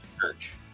church